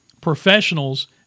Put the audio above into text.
professionals